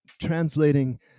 translating